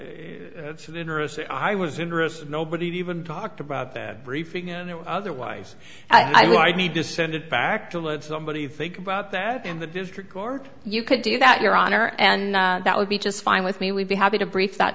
it's interesting i was interested nobody's even talked about that briefing in otherwise i would need to send it back to let somebody think about that and the district court you could do that your honor and that would be just fine with me we'd be happy to brief that